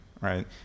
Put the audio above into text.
right